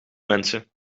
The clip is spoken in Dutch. mensen